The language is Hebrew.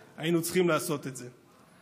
אבל היינו צריכים לעשות את זה.